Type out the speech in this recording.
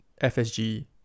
FSG